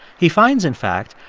he finds, in fact,